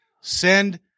Send